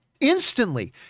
instantly